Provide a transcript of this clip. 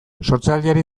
sortzaileari